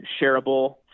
shareable